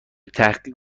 تحقیق